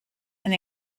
and